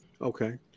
Okay